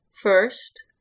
first